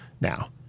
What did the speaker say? Now